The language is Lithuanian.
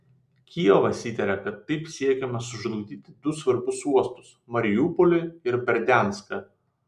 kijevas įtaria kad taip siekiama sužlugdyti du svarbius uostus mariupolį ir berdianską